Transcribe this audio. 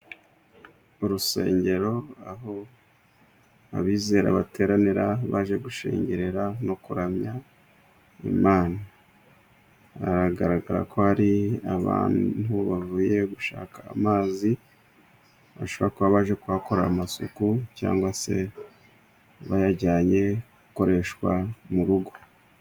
Urusengero aho abizera bateranira baje gushengerera no kuramya Imana hagaragara ko hari abantu bavuye gushaka amazi bashobora kuba baje kuhakorera amasuku cyangwa se bayajyanye gukoreshwa mu rugo.